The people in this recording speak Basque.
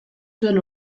zuen